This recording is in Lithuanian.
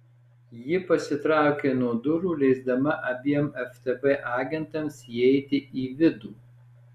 ji pasitraukė nuo durų leisdama abiem ftb agentams įeiti į vidų